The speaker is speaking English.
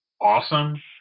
awesome